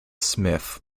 smith